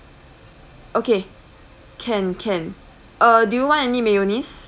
okay can can uh do you want any mayonnaise